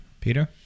peter